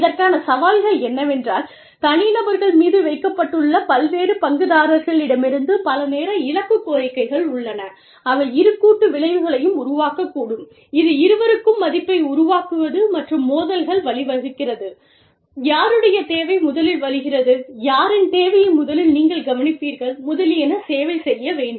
இதற்கான சவால்கள் என்னவென்றால் தனிநபர்கள் மீது வைக்கப்பட்டுள்ள பல்வேறு பங்குதாரர்களிடமிருந்து பல நேர இலக்கு கோரிக்கைகள் உள்ளன அவை இரு கூட்டு விளைவுகளையும் உருவாக்கக்கூடும் இது இருவருக்கும் மதிப்பை உருவாக்குவது மற்றும் மோதல்கள் வழிவகுக்கிறது யாருடைய தேவை முதலில் வருகிறது யாரின் தேவையை முதலில் நீங்கள் கவனிப்பீர்கள் முதலியன சேவை செய்ய வேண்டும்